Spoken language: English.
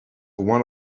one